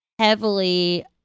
Heavily